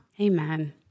Amen